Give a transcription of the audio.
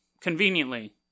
Conveniently